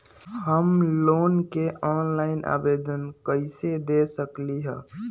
हम लोन के ऑनलाइन आवेदन कईसे दे सकलई ह?